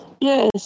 yes